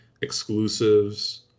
exclusives